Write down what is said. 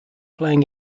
playing